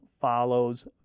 follows